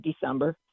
December